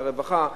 על הרווחה,